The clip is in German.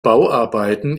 bauarbeiten